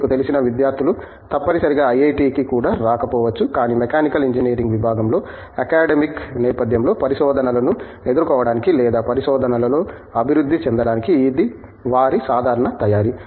మీకు తెలిసిన విద్యార్థులు తప్పనిసరిగా ఐఐటికి కూడా రాకపోవచ్చు కానీ మెకానికల్ ఇంజనీరింగ్ విభాగంలో అకాడెమిక్ నేపధ్యంలో పరిశోధనలను ఎదుర్కోవటానికి లేదా పరిశోధనలలో అభివృద్ధి చెందడానికి ఇది వారి సాధారణ తయారీ